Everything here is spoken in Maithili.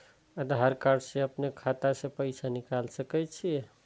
आधार कार्ड से अपनो खाता से पैसा निकाल सके छी?